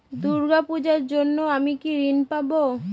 দূর্গা পূজার জন্য কি আমি ঋণ পাবো?